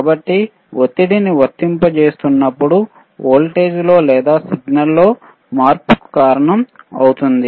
కాబట్టి ఒత్తిడిని వర్తింపజేస్తున్నప్పుడు వోల్టేజ్ లో లేదా సిగ్నల్ లో మార్పుకు కారణమవుతుంది